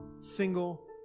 single